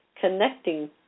connecting